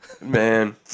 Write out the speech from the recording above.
Man